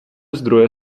zdroje